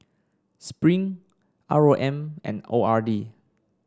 Spring R O M and O R D